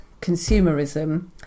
consumerism